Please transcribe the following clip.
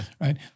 right